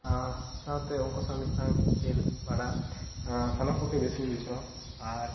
ᱟᱨ ᱩᱱᱠᱩ ᱥᱟᱶ ᱛᱮ ᱢᱤᱫ ᱴᱟᱱ ᱠᱷᱮᱞ ᱵᱟᱲᱟ ᱥᱟᱱᱟᱢ ᱠᱚ ᱜᱮ ᱵᱮᱥᱤ ᱵᱩᱡᱷᱟᱹᱣᱟ ᱟᱨ